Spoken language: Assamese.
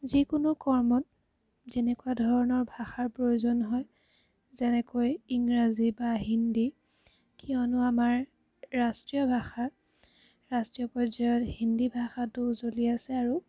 যিকোনো কৰ্মত যেনেকুৱা ধৰণৰ ভাষাৰ প্ৰয়োজন হয় যেনেকৈ ইংৰাজী বা হিন্দী কিয়নো আমাৰ ৰাষ্ট্ৰীয় ভাষা ৰাষ্ট্ৰীয় পৰ্যায়ত হিন্দী ভাষাটো জ্বলি আছে আৰু